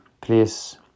please